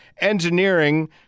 Engineering